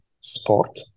sport